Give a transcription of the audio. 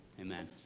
Amen